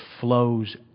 flows